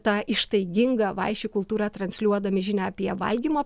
tą ištaigingą vaišių kultūrą transliuodami žinią apie valgymo